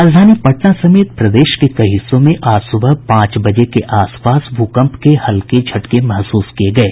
राजधानी पटना समेत प्रदेश के कई हिस्सों में आज सुबह पांच बजे के आस पास भूकम्प के हल्के झटके महसूस किये गये